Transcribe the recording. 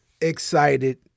Excited